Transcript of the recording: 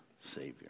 Savior